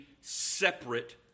separate